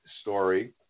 story